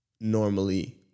normally